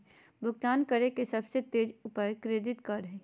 भुगतान करे के सबसे तेज उपाय क्रेडिट कार्ड हइ